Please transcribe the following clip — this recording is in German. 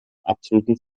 absoluten